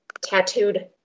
tattooed